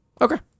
Okay